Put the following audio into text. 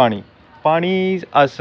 पानी पानी अस